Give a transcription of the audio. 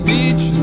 Beach